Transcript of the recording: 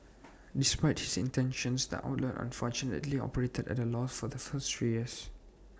despite his intentions the outlet unfortunately operated at A loss for the first three years